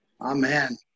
Amen